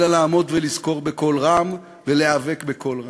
אלא לעמוד ולזכור בקול רם, ולהיאבק בקול רם.